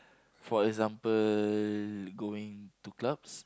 for example going to clubs